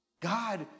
God